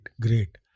great